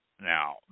Now